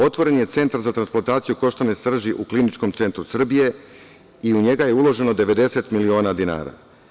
Otvoren je Centar za transplantaciju koštane srži u Kliničkom centru Srbije i u njega je uloženo 90 miliona dinara.